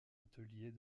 atelier